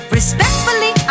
Respectfully